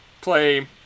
play